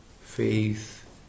faith